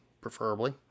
preferably